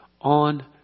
on